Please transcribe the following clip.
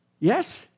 Yes